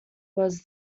was